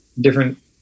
different